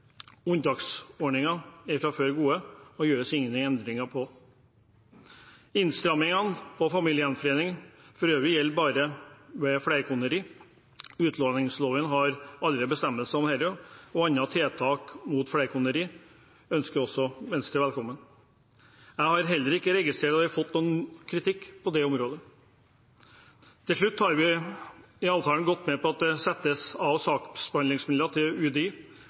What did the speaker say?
er fra før gode, og dem gjøres det ingen endringer i. Innstrammingene på familiegjenforening for øvrig gjelder bare ved flerkoneri. Utlendingsloven har allerede bestemmelser om dette, og andre tiltak mot flerkoneri ønsker også Venstre velkommen. Jeg har heller ikke registrert at vi har fått noen kritikk på det området. Til slutt har vi i avtalen gått med på at det settes av saksbehandlingsmidler til UDI